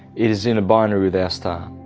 it is in a binary with our star